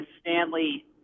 Stanley